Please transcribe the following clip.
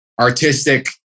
artistic